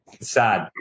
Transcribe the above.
Sad